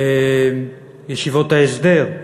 ישיבות ההסדר.